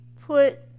put